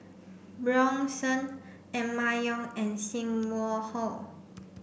Bjorn Shen Emma Yong and Sim Wong Hoo